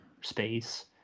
space